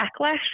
backlash